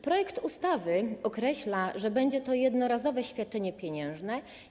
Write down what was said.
Projekt ustawy określa, że będzie to jednorazowe świadczenie pieniężne.